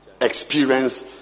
experience